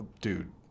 dude